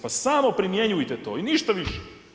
Pa samo primjenjujte to i ništa više!